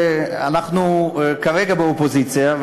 אנחנו כרגע באופוזיציה,